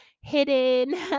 hidden